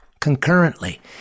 concurrently